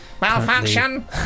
malfunction